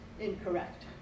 incorrect